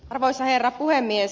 arvoisa herra puhemies